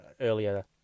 earlier